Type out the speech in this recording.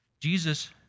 Jesus